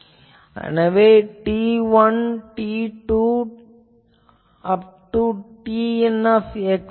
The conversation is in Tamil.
எனவே T1 T2 T3 etc